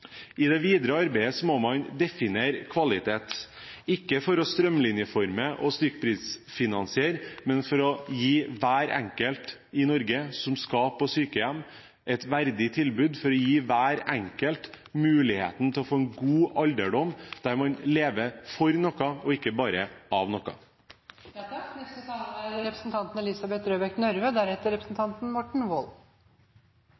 I det videre arbeidet må man definere kvalitet, ikke for å strømlinjeforme og stykkprisfinansiere, men for å gi hver enkelt i Norge som skal på sykehjem, et verdig tilbud og for å gi hver enkelt muligheten til å få en god alderdom, der man lever for noe og ikke bare av